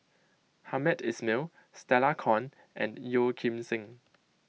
Hamed Ismail Stella Kon and Yeo Kim Seng